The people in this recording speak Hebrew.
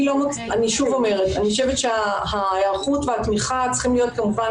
אני שוב אומרת: אני חושבת שההיערכות והתמיכה צריכות להיות כמובן,